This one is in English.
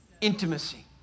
Intimacy